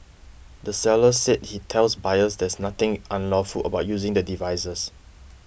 the seller said he tells buyers there's nothing unlawful about using the devices